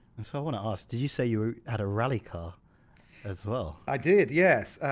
and so i want to ask, did you say you had a rally car as well? i did, yes.